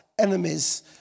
enemies